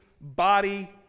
body